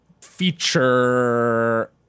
feature